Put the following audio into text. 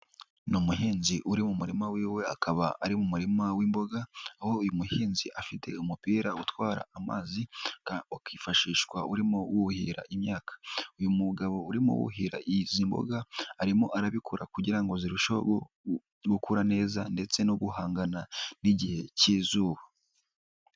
Ni umuhinzi uri mu murima w'iwe, akaba ari mu murima w'imboga, aho uyu muhinzi afite umupira utwara amazi, ukifashishwa urimo wuhira imyaka, uyu mugabo urimo wuhira izi mboga, arimo arabikora kugira ngo zirusheho gukura neza ndetse no guhangana n'igihe cy'izuba.